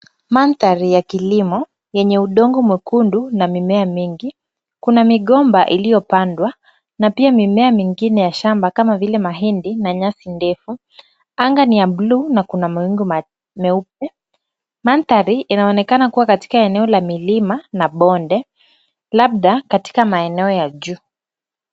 Mandhari ya kilimo yenye udongo mwekundu na mimea mingi. Kuna migomba iliyopandwa na pia mimea mingine ya shamba kama vile mahindi na nyasi ndefu. Anga ni ya bluu na kuna mawingu meupe. Mandhari inaonekana kuwa katika eneo la milima na bonde, labda katika maeneo ya juu.